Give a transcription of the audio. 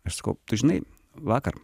aš sakau tu žinai vakar